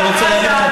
אני רוצה להגיד לך.